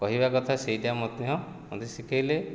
କହିବା କଥା ସେଇଟା ମଧ୍ୟ ମୋତେ ଶିଖାଇଲେ